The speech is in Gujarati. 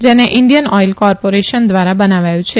જેને ઇન્ડીયન ઓદઇલ કોર્પોરેશન ધ્વારા બનાવાયું છે